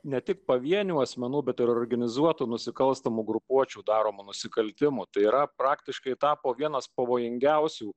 ne tik pavienių asmenų bet ir organizuotų nusikalstamų grupuočių daromų nusikaltimų tai yra praktiškai tapo vienas pavojingiausių